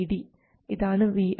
ഇതാണ് Vi